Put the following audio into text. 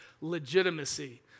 Legitimacy